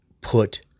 put